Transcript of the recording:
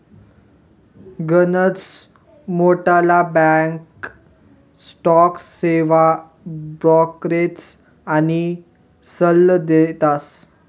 गनच मोठ्ठला bank stock सेवा ब्रोकरेज आनी सल्ला देतस